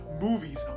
movies